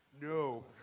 No